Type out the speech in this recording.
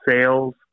sales